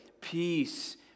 peace